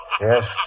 Yes